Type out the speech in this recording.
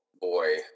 boy